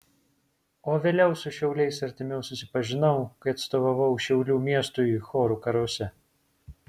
o vėliau su šiauliais artimiau susipažinau kai atstovavau šiaulių miestui chorų karuose